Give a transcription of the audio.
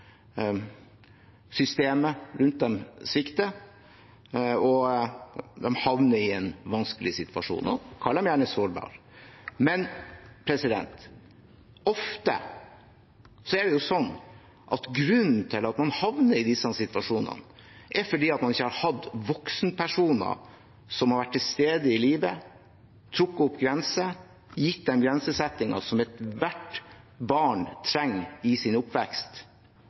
systemet rundt dem svikter, og de havner i en vanskelig situasjon – og kall dem gjerne sårbare. Men ofte er det jo sånn at grunnen til at man havner i disse situasjonene, er at man ikke har hatt voksenpersoner som har vært til stede i livet, trukket opp grenser, grensesettinger som ethvert barn trenger i sin oppvekst.